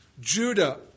judah